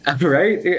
Right